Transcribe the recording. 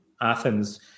Athens